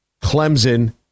Clemson